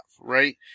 right